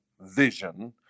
vision